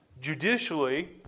judicially